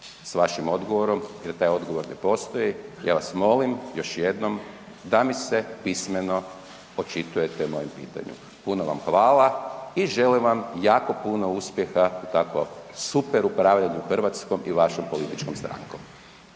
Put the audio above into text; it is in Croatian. s vašim odgovorom jer taj odgovor ne postoji, ja vas molim još jednom da mi se pismeno očitujete o mojem pitanju. Puno vam hvala i želim vam jako puno uspjeha u takvom super upravljanju Hrvatskom i vašom političkom strankom.